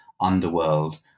underworld